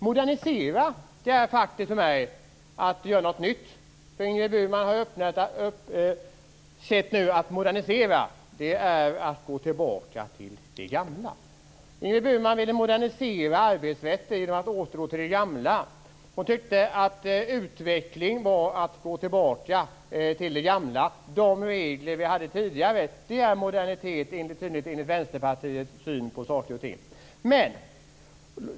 "Modernisera" är för mig att göra något nytt. Ingrid Burman har insett att "modernisera" är att gå tillbaka till det gamla. Hon vill modernisera arbetsrätten genom att återgå till det gamla. Hon tycker att utveckling är att gå tillbaka till det gamla. De regler som vi hade tidigare är moderniteter, enligt Vänsterpartiets syn på saker och ting.